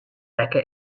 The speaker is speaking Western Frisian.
rekke